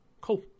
cool